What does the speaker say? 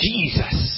Jesus